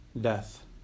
death